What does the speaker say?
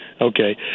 Okay